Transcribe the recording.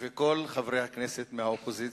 וכל חברי הכנסת מהאופוזיציה,